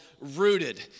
Rooted